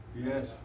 Yes